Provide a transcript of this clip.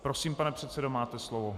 Prosím, pane předsedo, máte slovo.